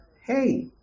hey